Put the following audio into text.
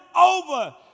over